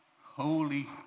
holy